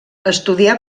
estudià